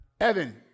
evan